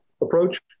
approach